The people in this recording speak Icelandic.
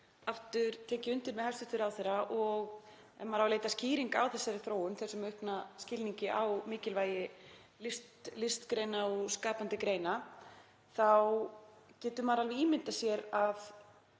aftur tek ég undir með hæstv. ráðherra. Ef maður á að leita skýringa á þessari þróun, þessum aukna skilningi á mikilvægi listgreina og skapandi greina, getur maður alveg ímyndað sér að